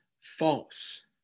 false